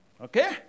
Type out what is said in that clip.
Okay